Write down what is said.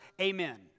amen